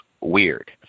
weird